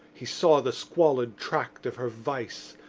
he saw the squalid tract of her vice,